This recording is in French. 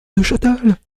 neuchâtel